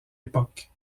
époque